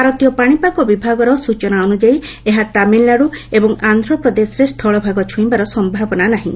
ଭାରତୀୟ ପାଣିପାଗ ବିଭାଗ ସ୍ଚନା ଅନ୍ତ୍ଯାୟୀ ଏହା ତାମିଲ୍ନାଡ଼ ଏବଂ ଆନ୍ଧ୍ରପ୍ରଦେଶରେ ସ୍ଥଳଭାଗ ଛୁଇଁବାର ସମ୍ଭାବନା ନାହିଁ